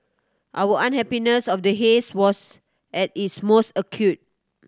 our unhappiness of the haze was at its most acute